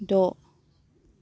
द'